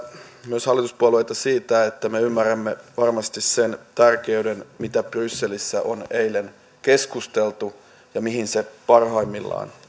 myös hallituspuolueita siitä että me ymmärrämme varmasti sen tärkeyden mitä brysselissä on eilen keskusteltu ja mihin se parhaimmillaan